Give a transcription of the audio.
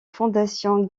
fondation